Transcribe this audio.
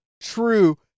true